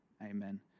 Amen